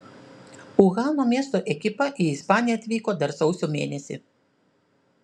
uhano miesto ekipa į ispaniją atvyko dar sausio mėnesį